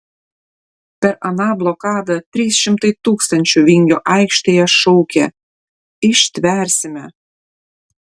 per aną blokadą trys šimtai tūkstančių vingio aikštėje šaukė ištversime